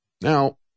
Now